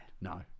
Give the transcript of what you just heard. no